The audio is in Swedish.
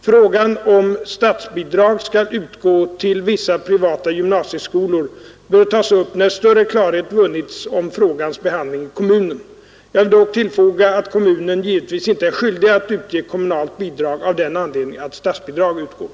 Frågan om statsbidrag skall utgå till vissa privata gymnasieskolor bör tas upp när större klarhet vunnits om frågans behandling i kommunen. Jag vill dock tillfoga att kommunen givetvis inte är skyldig att ge kommunalt bidrag av den anledningen att statsbidrag utgår.